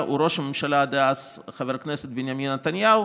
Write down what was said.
הוא ראש הממשלה דאז חבר הכנסת בנימין נתניהו,